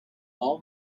all